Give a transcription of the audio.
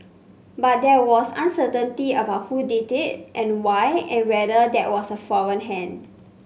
but there was uncertainty about who did it and why and whether that was a foreign hand